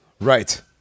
Right